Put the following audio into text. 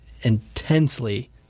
intensely